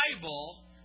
Bible